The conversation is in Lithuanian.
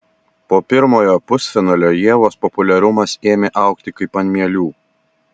po pirmojo pusfinalio ievos populiarumas ėmė augti kaip ant mielių